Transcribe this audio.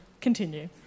Continue